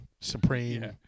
Supreme